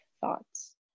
thoughts